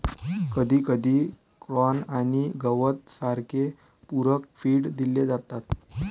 कधीकधी कॉर्न आणि गवत सारखे पूरक फीड दिले जातात